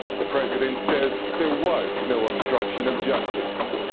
the president says there was no obstruction of justice.